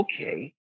okay